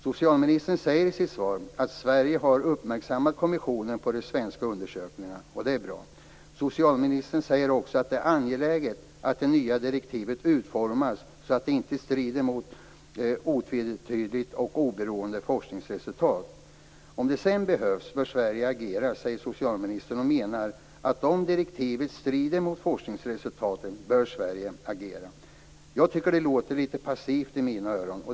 Socialministern säger i sitt svar att Sverige har uppmärksammat kommissionen på de svenska undersökningarna. Det är bra. Socialministern säger också att det är angeläget att det nya direktivet utformas så att det inte strider mot otvetydiga och oberoende forskningsresultat. Socialministern säger sedan att om det behövs får Sverige agera. Han menar att om direktivet strider mot forskningsresultaten bör Sverige agera. Det låter lite passivt i mina öron.